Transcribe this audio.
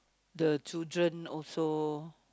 the children also